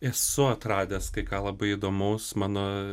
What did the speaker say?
esu atradęs kai ką labai įdomaus mano